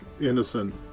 innocent